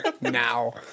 now